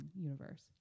universe